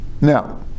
now